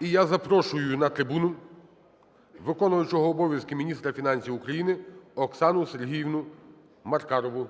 І я запрошую на трибуну виконуючого обов'язки міністра фінансів України Оксану Сергіївну Маркарову.